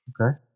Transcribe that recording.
Okay